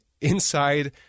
Inside